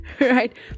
right